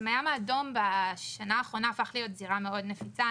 הים האדום בשנה האחרונה הפך להיות זירה מאוד נפיצה.